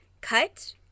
cut